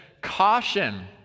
caution